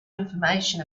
information